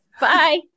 bye